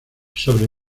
sobre